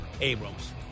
Abrams